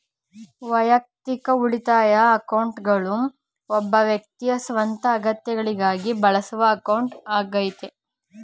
ವೈಯಕ್ತಿಕ ಉಳಿತಾಯ ಅಕೌಂಟ್ಗಳು ಒಬ್ಬ ವ್ಯಕ್ತಿಯ ಸ್ವಂತ ಅಗತ್ಯಗಳಿಗಾಗಿ ಬಳಸುವ ಅಕೌಂಟ್ ಆಗೈತೆ